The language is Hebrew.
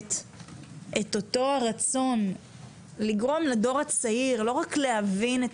משקפת את הרצון לגרום לדור הצעיר לא רק להבין את